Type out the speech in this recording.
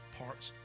parts